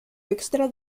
extra